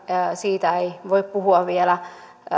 siitä ei voi puhua vielä